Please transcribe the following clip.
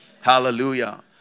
Hallelujah